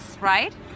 right